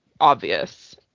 obvious